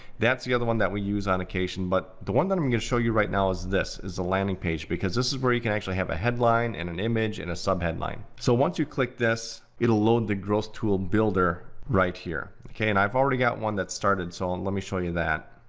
that's the other one that we use on occasion. but the one that i'm gonna show you right now is this, is a landing page, because this is where you can actually have a headline, and an image, and a sub-headline. so once you click this, it'll load the growth tool builder right here. and i've already got one that's started so and let me show you that.